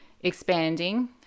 expanding